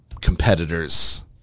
competitors